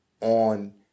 on